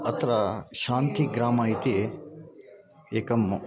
अत्र शान्तिग्रामम् इति एकम्